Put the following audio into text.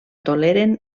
toleren